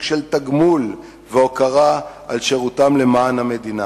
של תגמול והוקרה על שירותם למען המדינה.